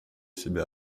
себя